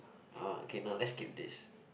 uh okay no let's skip this